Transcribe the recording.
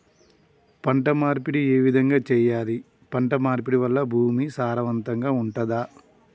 పంట మార్పిడి ఏ విధంగా చెయ్యాలి? పంట మార్పిడి వల్ల భూమి సారవంతంగా ఉంటదా?